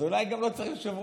אז אולי גם לא צריך יושב-ראש.